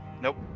Nope